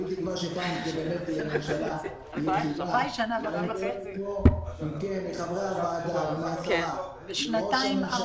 ארבע מערכות בחירות בשנתיים.